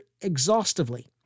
exhaustively